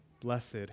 Blessed